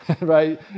right